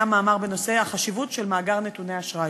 מאמר בנושא החשיבות של מאגר נתוני אשראי.